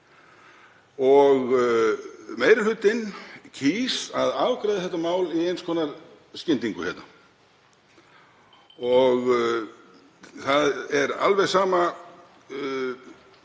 og meiri hlutinn kýs að afgreiða það í eins konar skyndingu hérna. Það er alveg sama